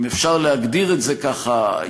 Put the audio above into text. אם אפשר להגדיר את זה ככה,